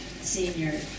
senior